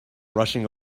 rushing